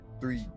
three